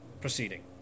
proceeding